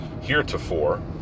heretofore